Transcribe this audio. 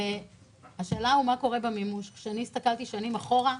ולעשות את זה ב-push,